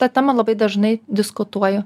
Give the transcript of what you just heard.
ta tema labai dažnai diskutuoju